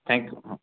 thank you हां